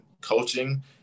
coaching